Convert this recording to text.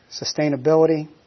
sustainability